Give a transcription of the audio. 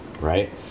Right